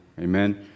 Amen